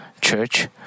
Church